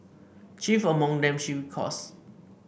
chief among them she recalls